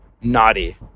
naughty